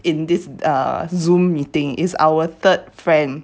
in this err zoom meeting is our third friend